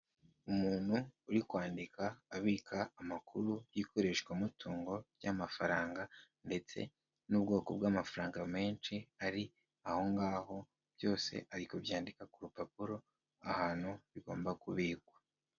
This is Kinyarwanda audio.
Umuntu uri kwandika abika amakuru y'ikoreshwamutungo ry'amafaranga ndetse n'ubwoko bw'amafaranga menshi ari aho ngaho, byose ari kubyandika ku rupapuro, ahantu bigomba kubikwa.